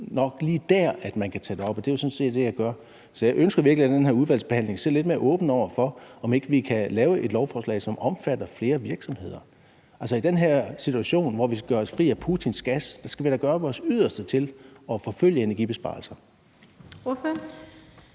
nok lige der, at man kan tage det op, og det er sådan set det, jeg gør. Så jeg ønsker virkelig, at man i den her udvalgsbehandling ser lidt mere åbent på muligheden for, at vi kan lave et lovforslag, som omfatter flere virksomheder. Altså, i den her situation, hvor vi skal gøre os fri af Putins gas, skal vi da gøre vores yderste for at forfølge energibesparelser. Kl.